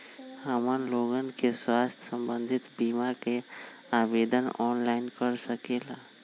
हमन लोगन के स्वास्थ्य संबंधित बिमा का आवेदन ऑनलाइन कर सकेला?